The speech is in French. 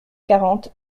quarante